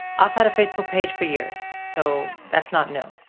i've had a facebook page for years, so that's not new.